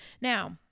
Now